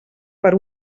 per